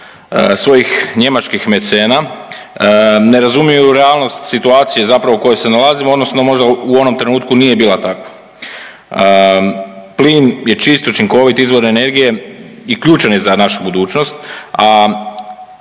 svojih njemačkih mecena ne razumiju realnost situacije zapravo u kojoj se nalazimo, odnosno možda u onom trenutku nije bila takva. Plin je čist, učinkovit izvor energije i ključan je za našu budućnost, a